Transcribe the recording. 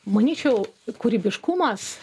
manyčiau kūrybiškumas